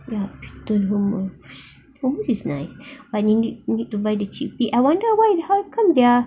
ya with the hummus hummus is nice but need need to buy the chickpeas I wonder why how come their